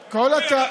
נברר.